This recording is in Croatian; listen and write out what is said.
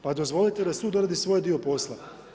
Pa dozvolite da sud odradi svoj dio posla.